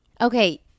Okay